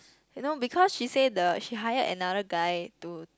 you know because she say the she hired another guy to